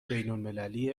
بینالمللی